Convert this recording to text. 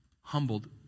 humbled